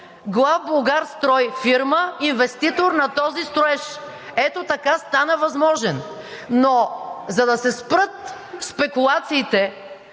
„Главболгарстрой“, инвеститор на този строеж. Ето така стана възможен. Но за да се спрат спекулациите